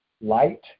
light